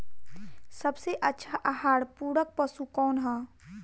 सबसे अच्छा आहार पूरक पशु कौन ह?